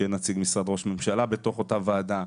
שיהיה נציג משרד ראש ממשלה בתוך אותה ועדה,